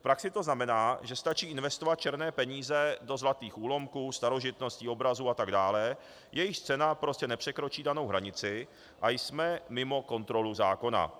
V praxi to znamená, že stačí investovat černé peníze do zlatých úlomků, starožitností, obrazů atd., jejichž cena prostě nepřekročí danou hranici, a jsme mimo kontrolu zákona.